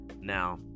now